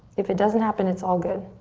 if it doesn't happen, it's all good.